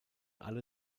alle